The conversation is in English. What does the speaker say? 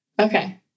Okay